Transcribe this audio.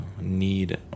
need